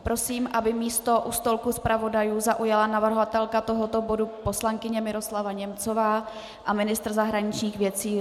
Prosím, aby místo u stolku zpravodajů zaujala navrhovatelka tohoto bodu poslankyně Miroslava Němcová a ministr zahraničních věcí Lubomír Zaorálek.